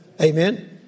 Amen